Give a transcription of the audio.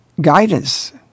guidance